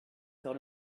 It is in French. faire